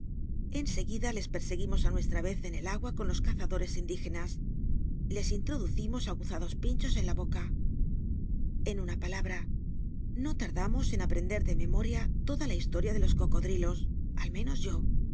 en seguida les perscgttimos á nueslta ez en el agua con los cazadores indígenas les introducimos aguzados pinchos en la boca en una palabra no t mlamos en aprender de memoria toda la historia de los cocod rilos al menos yo